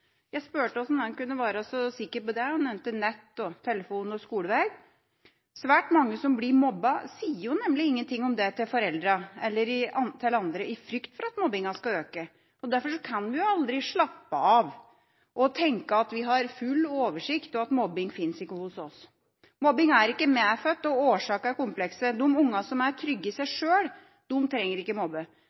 Jeg spurte hvordan han kunne være så sikker på det, og nevnte nett, telefon og skolevei. Svært mange som blir mobbet, sier nemlig ingenting om det til foreldrene eller til andre, i frykt for at mobbinga skal øke. Derfor kan vi aldri slappe av og tenke at vi har full oversikt, og at mobbing ikke fins hos oss. Mobbing er ikke medfødt, og årsakene er komplekse. De ungene som er trygge i seg sjøl, trenger ikke mobbe.